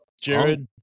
Jared